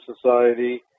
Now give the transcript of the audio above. Society